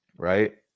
Right